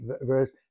verse